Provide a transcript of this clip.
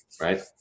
Right